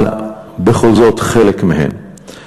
אבל בכל זאת, חלק מהם.